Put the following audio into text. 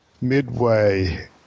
Midway